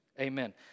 amen